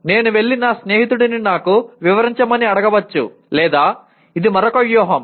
నేను వెళ్లి నా స్నేహితుడిని నాకు వివరించమని అడగవచ్చు లేదా ఇది మరొక వ్యూహం